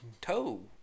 toe